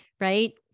right